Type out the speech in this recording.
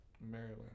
Maryland